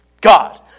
God